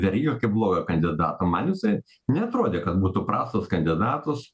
verygą kaip blogą kandidatą man jisai neatrodė kad būtų prastas kandidatas